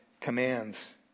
commands